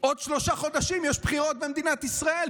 בעוד שלושה חודשים יש בחירות במדינת ישראל,